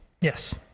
Yes